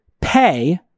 pay